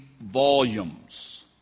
volumes